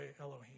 Elohim